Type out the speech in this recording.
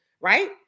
right